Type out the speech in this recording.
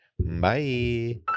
Bye